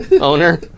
owner